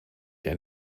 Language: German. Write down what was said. der